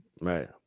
right